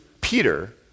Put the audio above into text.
Peter